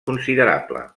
considerable